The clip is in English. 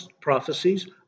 prophecies